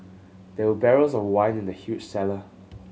there were barrels of wine in the huge cellar